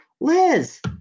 Liz